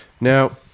Now